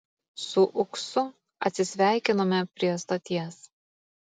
su uksu atsisveikinome prie stoties